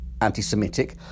anti-Semitic